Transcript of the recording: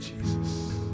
Jesus